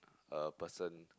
a person